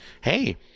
hey